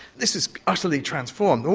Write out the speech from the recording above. this is utterly transformed.